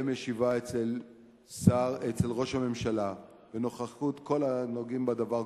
ישיבה אצל ראש הממשלה בנוכחות כל הנוגעים בדבר,